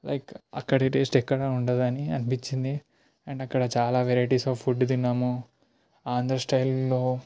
like అక్కడి taste ఎక్కడ ఉండదని అనిపించింది అండ్ అక్కడ చాలా వెరైటీస్ ఆఫ్ ఫుడ్డు తిన్నాము ఆంధ్ర స్టైలులో